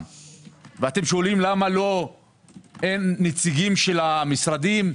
ואתם שואלים למה אין נציגים של המשרדים?